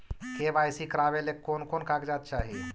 KYC करावे ले कोन कोन कागजात चाही?